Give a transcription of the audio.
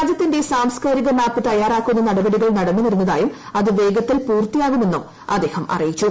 രാജ്യത്തിന്റെ സാംസ്കാരിക മാപ്പ് തയ്യാറാക്കുന്ന നടപടികൾ നടന്നുവരുന്നതായും അത് വേഗത്തിൽ പൂർത്തിയാകുമെന്നും അദ്ദേഹം അറിയിച്ചു